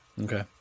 Okay